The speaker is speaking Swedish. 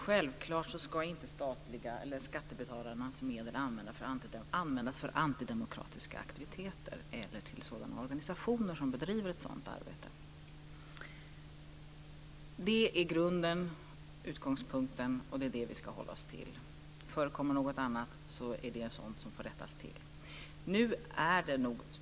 Fru talman! Självfallet ska inte skattebetalarnas pengar användas för antidemokratiska aktiviteter eller till organisationer som bedriver en sådan verksamhet. Det är utgångspunkten, och det är detta som vi ska hålla oss till. Förekommer det något annat måste det rättas till.